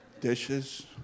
Dishes